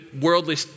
worldly